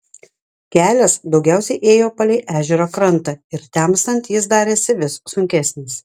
kelias daugiausiai ėjo palei ežero krantą ir temstant jis darėsi vis sunkesnis